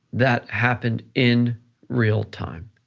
that happened in real time.